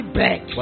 back